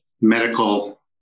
medical